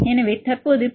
எனவே தற்போது பி